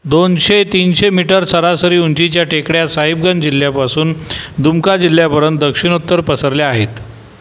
दोनशे तीनशे मीटर सरासरी उंचीच्या टेकड्या साहिबगंज जिल्ह्यापासून दुमका जिल्ह्यापर्तंय दक्षिणोत्तर पसरल्या आहेत